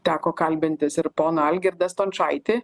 teko kalbintis ir poną algirdą stončaitį